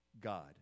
God